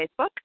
Facebook